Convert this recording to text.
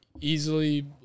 easily